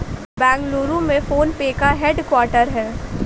बेंगलुरु में PhonePe का headquarter हैं